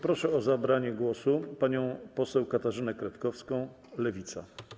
Proszę o zabranie głosu panią poseł Katarzynę Kretkowską, Lewica.